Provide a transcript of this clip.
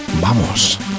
¡vamos